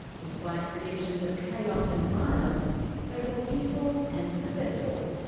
despite predictions of chaos and violence they were peaceful and successful.